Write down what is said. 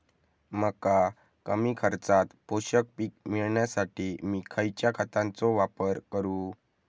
मका कमी खर्चात पोषक पीक मिळण्यासाठी मी खैयच्या खतांचो वापर करू?